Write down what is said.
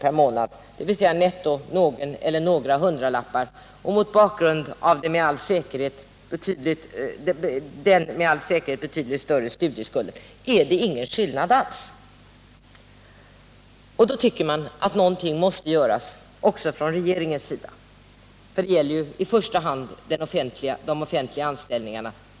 per månad, dvs. netto någon eller några hundralappar, och mot bakgrund av den med all säkerhet betydligt större studieskulden är det ingen skillnad alls. Då tycker man att någonting måste göras också från regeringens sida, för det gäller ju i första hand de offentliga anställningarna.